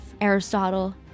Aristotle